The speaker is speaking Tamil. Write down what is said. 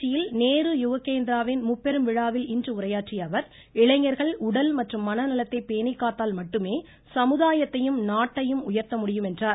திருச்சியில் நேரு யுவகேந்திராவின் முப்பெரும் விழாவில் இன்று உரையாற்றியஅவர் இளைஞர்கள் உடல் மற்றும் மன நலத்தைப் பேணிக்காத்தால் மட்டுமே சமுதாயத்தையும் நாட்டையும் உயர்த்த முடியும் என்றார்